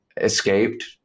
escaped